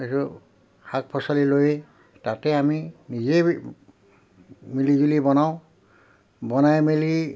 সেইটো শাক পাচলি লৈ তাতে আমি নিজে মিলি জুলি বনাওঁ বনাই মেলি